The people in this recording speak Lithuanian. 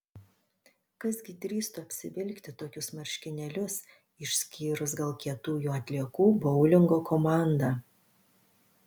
kas gi drįstų apsivilkti tokius marškinėlius išskyrus gal kietųjų atliekų boulingo komandą